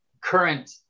current